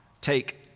take